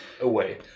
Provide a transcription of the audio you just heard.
away